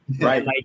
right